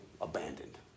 abandoned